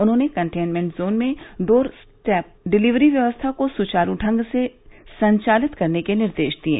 उन्होंने containment zone में doorstep delivery व्यवस्था को सुचारू ढंग से संचालित करने के निर्देश दिये